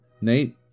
Nate